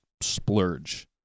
splurge